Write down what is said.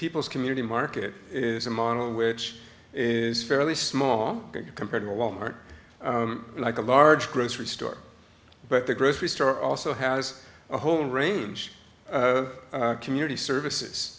people's community market is a model which is fairly small compared to a lot more like a large grocery store but the grocery store also has a whole range of community services